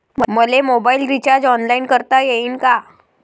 मले mobile recharge online करता येईन का?